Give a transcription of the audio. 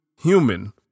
human